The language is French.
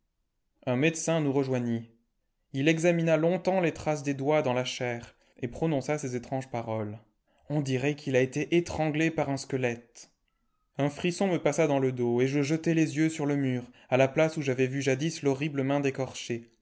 un médecin nous rejoignit il examina longtemps les traces des doigts dans la chair et prononça ces étranges paroles on dirait qu'il a été étranglé par un squelette un frisson me passa dans le dos et je jetai les yeux sur le mur à la place où j'avais vu jadis l'horrible main d'écorché